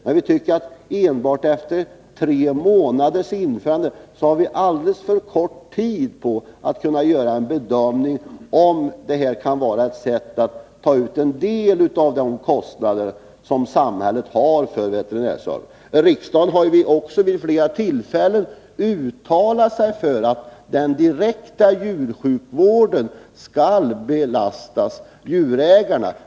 Men tre månader efter införandet har det gått alldeles för kort tid för att vi skall kunna göra en bedömning av om detta kan vara ett sätt att ta ut en del av de kostnader som samhället har för veterinärservicen. Riksdagen har vid flera tillfällen uttalat att den direkta djursjukvården skall belasta djurägaren.